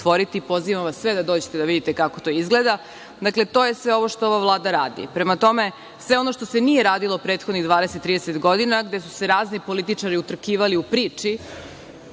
Pozivam vas sve da dođete da vidite kako to izgleda. Dakle, to je sve što ova Vlada radi. Prema tome, sve ono što se nije radilo prethodnih 20, 30 godina, gde su se razni političari utrkivali u priči,